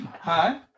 Hi